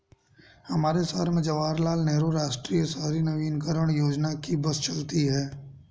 हमारे शहर में जवाहर लाल नेहरू राष्ट्रीय शहरी नवीकरण योजना की बस चलती है